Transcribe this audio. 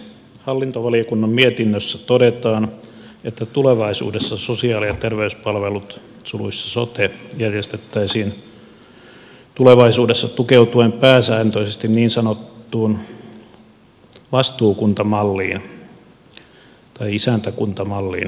hallintovaliokunnan mietinnössä todetaan että sosiaali ja terveyspalvelut sote järjestettäisiin tulevaisuudessa tukeutuen pääsääntöisesti niin sanottuun vastuukuntamalliin tai isäntäkuntamalliin